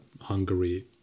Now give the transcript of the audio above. Hungary